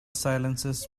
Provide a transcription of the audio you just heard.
silences